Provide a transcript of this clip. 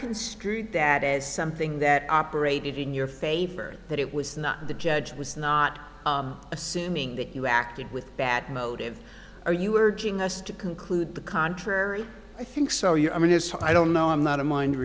construed that as something that operated in your favor that it was not the judge was not assuming that you acted with bad motives or you were ging us to conclude the contrary i think so you're i mean it's i don't know i'm not a mind